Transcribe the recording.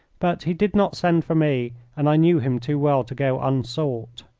but he did not send for me, and i knew him too well to go unsought.